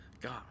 God